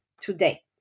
today